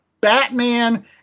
Batman